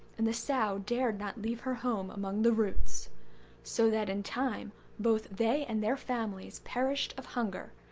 and the sow dared not leave her home among the roots so that in time both they and their families perished of hunger,